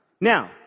Now